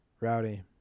Rowdy